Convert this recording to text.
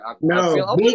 no